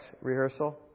rehearsal